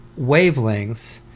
wavelengths